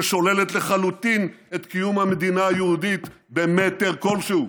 ששוללת לחלוטין את קיום המדינה היהודית במטר כלשהו.